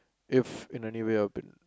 if in a new way open